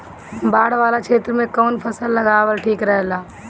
बाढ़ वाला क्षेत्र में कउन फसल लगावल ठिक रहेला?